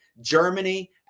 Germany